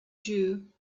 jew